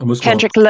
Kendrick